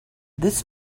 this